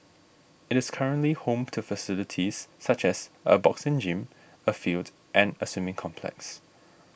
it is currently home to facilities such as a boxing gym a field and a swimming complex